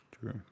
True